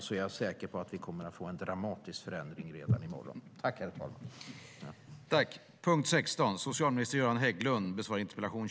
Då är jag säker på att vi kommer att få en dramatisk förändring redan i morgon.